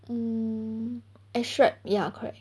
mm abstract ya correct